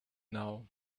now